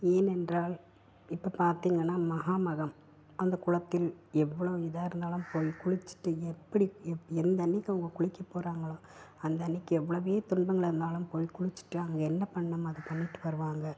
ஏனென்றால் இப்போ போ பார்த்திங்கன்னா மகாமகம் அந்த குளத்தில் எவ்வளோ இதாக இருந்தாலும் போய் குளிச்சிட்டு எப்படி எ எந்தன்னைக்கு அவங்க குளிக்கப் போகிறாங்களோ அந்தன்னைக்கு எவ்வளோவே துன்பங்கள் இருந்தாலும் போய் குளிச்சுட்டு அங்க என்ன பண்ணணுமோ அதை பண்ணிட்டு வருவாங்க